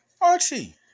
Archie